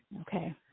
Okay